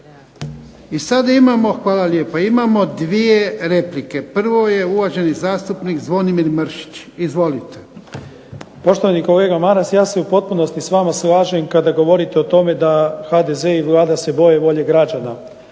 Ivan (HDZ)** Hvala lijepa. I sad imamo 2 replike. Prvo je uvaženi zastupnik Zvonimir Mršić, izvolite. **Mršić, Zvonimir (SDP)** Poštovani kolega Maras ja se u potpunosti s vama slažem kada govorite o tome da HDZ i Vlada se boje volje građana.